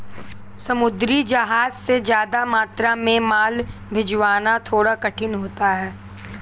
समुद्री जहाज से ज्यादा मात्रा में माल भिजवाना थोड़ा कठिन होता है